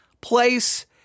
place